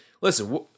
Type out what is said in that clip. listen